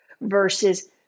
versus